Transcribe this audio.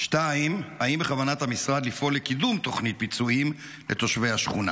2. האם בכוונת המשרד לפעול לקידום תוכנית פיצויים לתושבי השכונה?